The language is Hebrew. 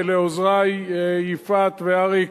ולעוזרי יפעת ואריק.